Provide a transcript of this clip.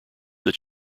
that